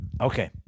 Okay